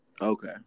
Okay